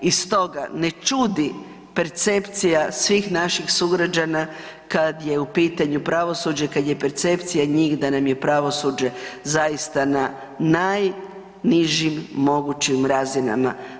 I stoga ne čudi percepcija svih naših sugrađana kad je u pitanju pravosuđe, kada je percepcija njih da nam je pravosuđe zaista na najnižim mogućim razinama.